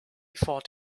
fought